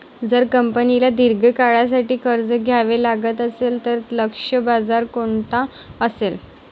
जर कंपनीला दीर्घ काळासाठी कर्ज घ्यावे लागत असेल, तर लक्ष्य बाजार कोणता असेल?